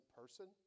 person